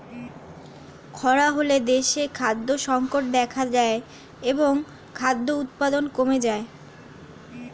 খরা হলে দেশে খাদ্য সংকট দেখা যায় এবং খাদ্য উৎপাদন কমে যায়